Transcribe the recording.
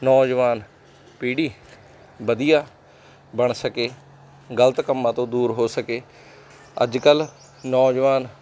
ਨੌਜਵਾਨ ਪੀੜ੍ਹੀ ਵਧੀਆ ਬਣ ਸਕੇ ਗਲਤ ਕੰਮਾਂ ਤੋਂ ਦੂਰ ਹੋ ਸਕੇ ਅੱਜ ਕੱਲ੍ਹ ਨੌਜਵਾਨ